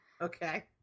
Okay